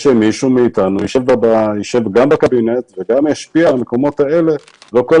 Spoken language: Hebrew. שמישהו מאתנו ישב בקבינט וגם ישפיע על המקומות האלה ולא יהיה כל